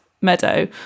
meadow